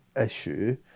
issue